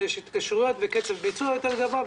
יש התקשרויות וקצב ביצוע גבוה יותר.